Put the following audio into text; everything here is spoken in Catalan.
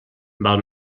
val